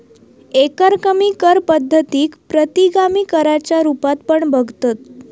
एकरकमी कर पद्धतीक प्रतिगामी कराच्या रुपात पण बघतत